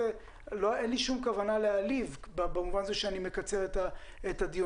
אין לי שום כוונה להעליב במובן הזה שאני מקצר את הדיון,